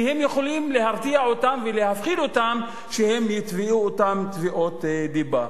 כי הם יכולים להרתיע אותם ולהפחיד אותם שהם יתבעו אותם תביעות דיבה.